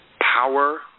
power